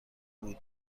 بود